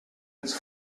its